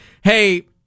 Hey